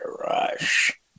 Rush